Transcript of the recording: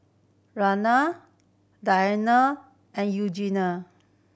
Diana and Eugenie